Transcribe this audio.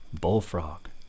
bullfrog